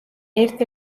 ერთ